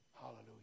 Hallelujah